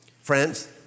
Friends